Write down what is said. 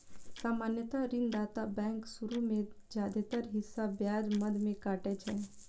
सामान्यतः ऋणदाता बैंक शुरू मे जादेतर हिस्सा ब्याज मद मे काटै छै